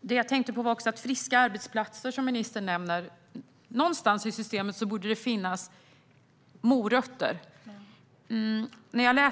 Jag tänkte också på detta med friska arbetsplatser, som ministern nämner. Någonstans i systemet borde det finnas morötter.